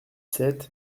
sept